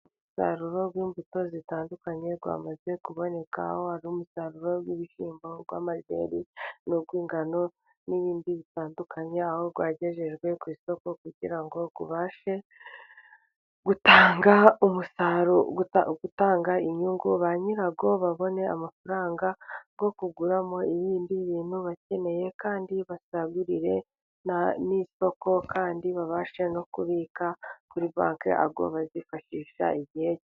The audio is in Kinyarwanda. Umusaruro w'imbuto zitandukanye wamaze kuboneka, aho hari umusaruro w'ibishyimbo uw'amajyri, n'urw'ingano n'ibindi bitandukanye, aho wagejejwe ku isoko kugira ngo ubashe gutanga umusaruro, utanga inyungu, ba nyirawo babone amafaranga yo kuguramo ibindi bintu bakeneye, kandi basagurire ni'isoko, kandi babashe no kubika kuri banki ayo bazifashisha igihe....